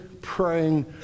praying